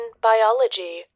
biology